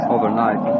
Overnight